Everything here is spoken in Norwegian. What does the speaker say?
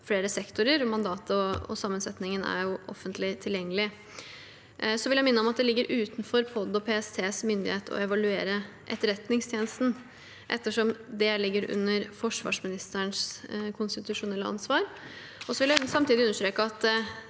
Mandatet og sammensetningen er offentlig tilgjengelig. Jeg vil minne om at det ligger utenfor PODs og PSTs myndighet å evaluere Etterretningstjenesten, ettersom det ligger under forsvarsministerens konstitusjonelle ansvar. Samtidig vil jeg understreke –